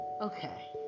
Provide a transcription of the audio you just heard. Okay